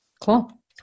Cool